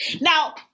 Now